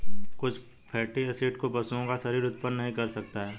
कुछ fatty acid को पशुओं का शरीर उत्पन्न नहीं कर सकता है